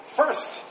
first